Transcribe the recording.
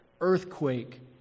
earthquake